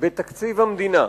בתקציב המדינה,